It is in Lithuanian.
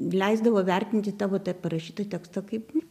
leisdavo vertinti tavo tą parašytą tekstą kaip